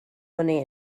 money